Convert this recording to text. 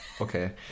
okay